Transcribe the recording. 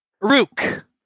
Rook